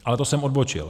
Ale to jsem odbočil.